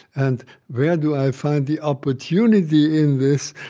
and where yeah do i find the opportunity in this?